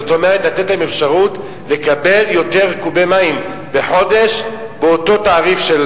זאת אומרת לתת להם אפשרות לקבל יותר קוב מים בחודש באותו תעריף.